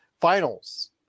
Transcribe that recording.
finals